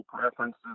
preferences